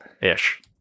ish